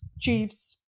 chiefs